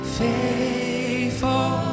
faithful